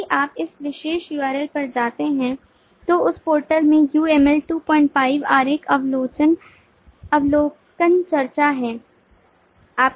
यदि आप इस विशेष url पर जाते हैं जो उस पोर्टल में UML 25 आरेख अवलोकन चर्चा है